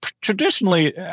traditionally